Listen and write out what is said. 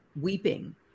weeping